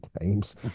games